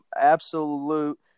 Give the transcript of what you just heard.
absolute